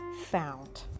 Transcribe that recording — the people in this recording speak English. found